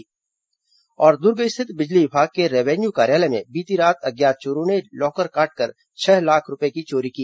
दुर्ग स्थित बिजली विभाग के रेवेन्यू कार्यालय में बीती रात अज्ञात चोरों ने लॉकर काटकर छह लाख रूपये की चोरी की